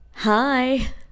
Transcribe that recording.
Hi